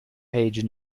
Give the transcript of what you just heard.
page